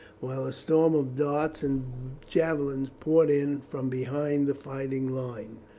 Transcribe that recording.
while a storm of darts and javelins poured in from behind the fighting line.